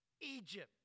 Egypt